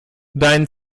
dein